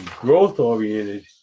growth-oriented